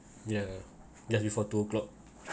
yeah just before two o'clock